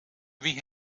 wie